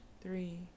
three